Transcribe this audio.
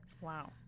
Wow